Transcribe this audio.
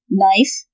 knife